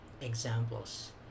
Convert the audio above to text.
examples